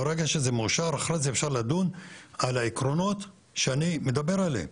ברגע שזה מאושר אחרי זה אפשר לדון על העקרונות שאני מדבר עליהם.